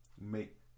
make